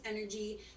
energy